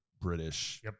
British